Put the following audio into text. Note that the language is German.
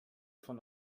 von